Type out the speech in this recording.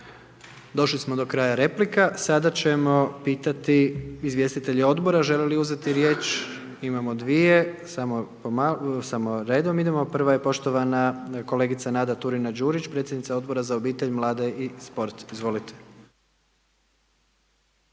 Došli smo do kraja replika, sada ćemo pitati izvjestitelje odbora žele li uzeti riječ, imamo dvije, samo redom idemo. Prva je poštovana kolegica Nada Turina Đurić, predsjednica Odbora za obitelj, mlade i sport. Izvolite.